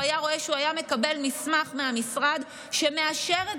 הוא היה רואה שהוא היה מקבל מסמך מהמשרד שמאשר את